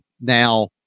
now